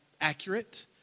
accurate